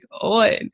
on